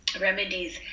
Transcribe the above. remedies